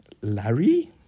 Larry